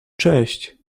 cześć